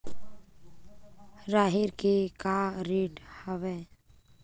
राहेर के का रेट हवय?